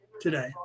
today